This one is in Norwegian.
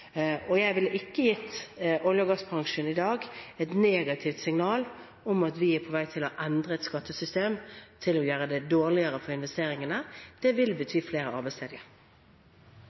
gassbransjen i dag et negativt signal om at vi er på vei til å endre skattesystemet og gjøre det dårligere for investeringene. Det vil bety flere arbeidsledige.